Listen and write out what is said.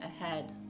ahead